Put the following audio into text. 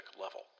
level